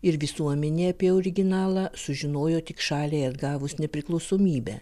ir visuomenė apie originalą sužinojo tik šaliai atgavus nepriklausomybę